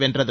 வென்றது